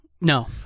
No